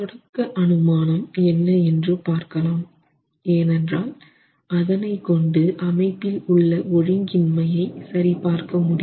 தொடக்க அனுமானம் என்ன என்று பார்க்கலாம் ஏனென்றால் அதனை கொண்டு அமைப்பில் உள்ள ஒழுங்கின்மையை சரி பார்க்க முடியும்